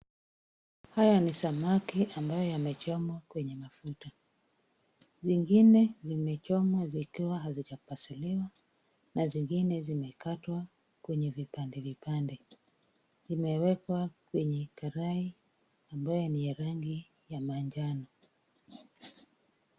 Hawa ni samaki ambao wamechomwa kwenye mafuta, wengine wamechomwa wakiwa hawajapasuliwa na wengine wamekatwa kwenye vipandevipande, vimewekwa kwenye karai ambayo ni ya rangi ya manjano.